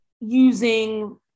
using